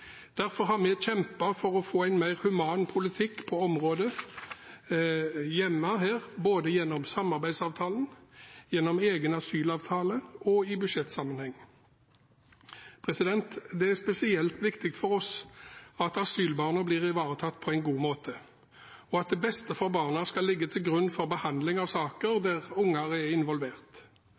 Derfor har vi kjempet for å få en mer human politikk på området her hjemme, både gjennom samarbeidsavtalen, gjennom egen asylavtale og i budsjettsammenheng. Det er spesielt viktig for oss at asylbarna blir ivaretatt på en god måte, og at det beste for barna skal ligge til grunn for behandling av saker der unger er involvert.